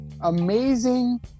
amazing